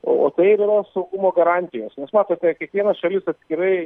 o tai ir yra saugumo garantijos nes matote kiekviena šalis atskirai